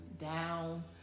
down